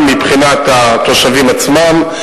גם מבחינת התושבים עצמם,